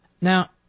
Now